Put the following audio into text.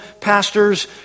pastors